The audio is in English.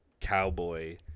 cowboy